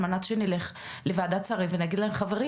מנת שנלך לוועדת שרים ונגיד להם חברים,